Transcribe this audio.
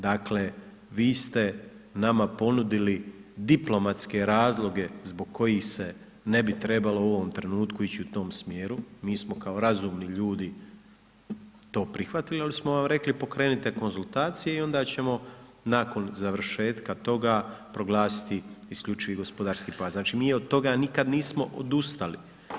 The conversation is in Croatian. Dakle, vi ste nama ponudili diplomatske razloge zbog kojih se ne bi trebalo u ovom trenutku ići u tom smjeru, mi smo kao razumni ljudi to prihvatili, ali smo vam rekli, pokrenite konzultacije i onda ćemo nakon završetka toga proglasiti IGP-a. znači, mi od toga nikad nismo odustali.